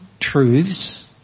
truths